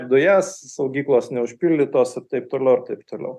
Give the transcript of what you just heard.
dujas saugyklos neužpildytos ir taip toliau ir taip toliau